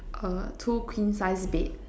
uh two queen size bed